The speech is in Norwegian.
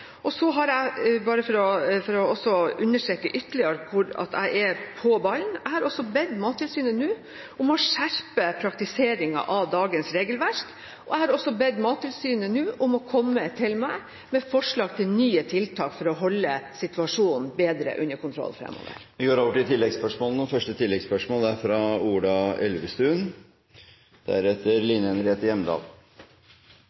Så har jeg – bare for også å understreke ytterligere at jeg er på ballen – bedt Mattilsynet nå om å skjerpe praktiseringen av dagens regelverk. Jeg har også bedt Mattilsynet nå om å komme til meg med forslag til nye tiltak for å holde situasjonen bedre under kontroll fremover. Det blir oppfølgingsspørsmål – først Ola Elvestuen. Det er jo en alvorlig situasjon spesielt for villaks og sjøørret, men også for sjømatnæringen, for det er